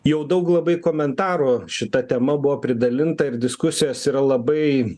jau daug labai komentarų šita tema buvo pridalinta ir diskusijos yra labai